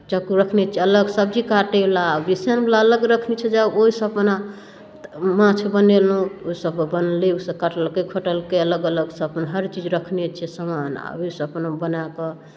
चक्कू रखने छी अलग सब्जी काटैवला वैष्णव लेल अलग रखने छी जे ओहिसँ अपन अहाँ माछ बनेलहुँ ओसभ बनलै ओहिसँ कटलकै खोँटलकै अलग अलग सभ अपन हर चीज रखने छी सामान आ ओहिसँ अपन बना कऽ